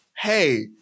hey